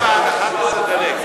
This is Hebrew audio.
7 11 דלג.